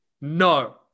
No